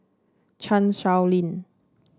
Chan Sow Lin